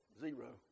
Zero